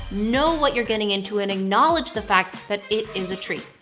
know what you're getting into and acknowledge the fact that it is a treat.